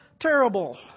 terrible